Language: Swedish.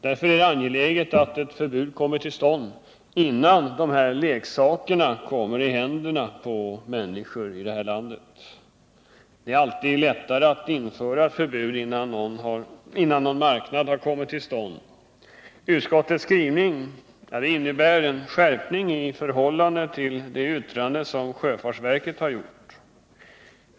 Därför är det angeläget att ett förbud kommer till stånd innan dessa leksaker kommer i händerna på människor i det här landet. Det är alltid lättare att införa ett förbud innan någon marknad har uppkommit. Utskottets skrivning innebär en skärpning i förhållande till det yttrande som sjöfartsverket har gjort.